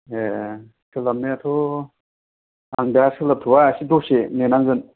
ए सोलाबनायाथ' आं दा सोलाबथ'वाा दा दसे नेनांगोन